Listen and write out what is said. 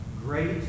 great